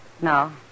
No